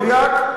מדויק?